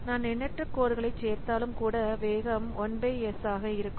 நான் எண்ணற்ற கோர்களைச் சேர்த்தாலும் கூட வேகம் 1 பை S ஆக இருக்கும்